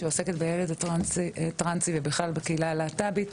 שעוסקת בילד הטרנסי ובכלל בקהילה הלהט"בית.